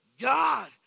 God